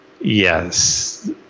Yes